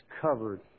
covered